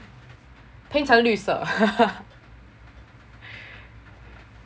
paint 成绿色